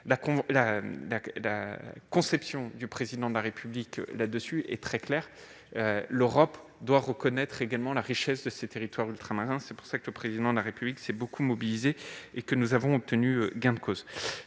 La conception du Président de la République à ce sujet est très claire : l'Union européenne doit reconnaître la richesse des territoires ultramarins. C'est pour cette raison que le Président de la République s'est beaucoup mobilisé et que nous avons obtenu gain de cause.